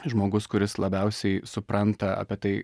žmogus kuris labiausiai supranta apie tai